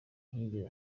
ntiyigeze